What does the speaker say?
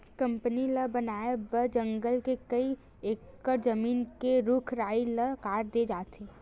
company ल बनाए बर जंगल के कइ एकड़ जमीन के रूख राई ल काट दे जाथे